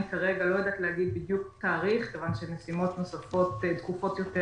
אני כרגע לא יודעת להגיד בדיוק תאריך כיוון שמשימות נוספות דחופות יותר